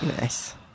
Nice